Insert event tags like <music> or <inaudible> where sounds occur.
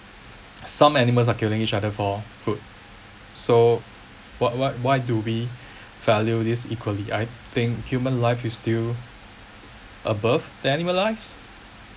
some animals are killing each other for food so what what why do we <breath> value this equally I think human life is still above the animal lives